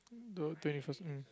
the twenty first mm